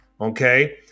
okay